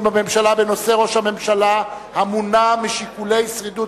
בממשלה בנושא: ראש הממשלה מונע משיקולי שרידות